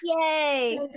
Yay